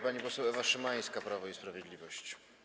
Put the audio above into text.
Pani poseł Ewa Szymańska, Prawo i Sprawiedliwość.